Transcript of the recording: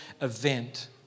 event